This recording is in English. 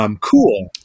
cool